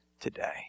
today